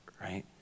right